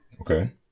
Okay